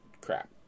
crap